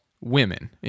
women